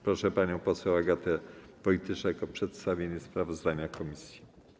Proszę panią poseł Agatę Wojtyszek o przedstawienie sprawozdania komisji.